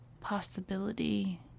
possibility